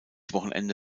wochenende